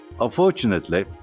Unfortunately